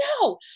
no